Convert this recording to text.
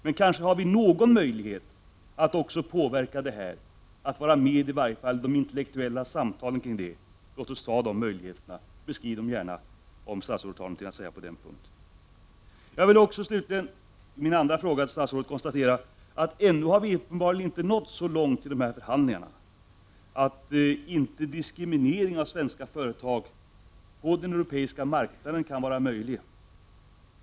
Men vi kanske ändå har någon möjlighet att påverka, att vara med i varje fall i de intellektuella samtalen. Låt oss utnyttja de möjligheterna! Statsrådet kan gärna beskriva dem, om hon har något att säga på den punkten. Jag vill i min andra fråga till statsrådet konstatera att vi uppenbarligen ännu inte har nått så långt i våra förhandlingar med EG att diskriminering av svenska företag på den europeiska marknaden inte är möjlig.